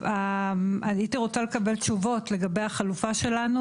הייתי רוצה לקבל תשובות לגבי החלופה שלנו